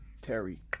Terry